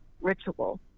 ritual